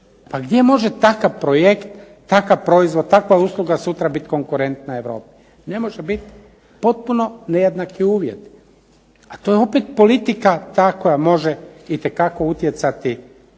Pa gdje može takav projekt, takav proizvod, takva usluga sutra biti konkurentna Europi? Ne može biti potpuno nejednaki uvjeti. A to je opet politika ta koja može itekako utjecati na